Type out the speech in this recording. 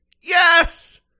Yes